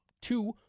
two